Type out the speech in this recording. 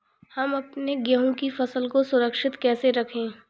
हम अपने गेहूँ की फसल को सुरक्षित कैसे रखें?